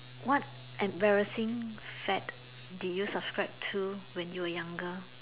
what embarrassing fad did you subscribe to when you were younger